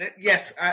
yes